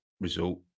result